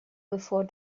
before